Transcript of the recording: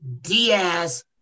Diaz